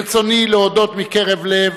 ברצוני להודות מקרב לב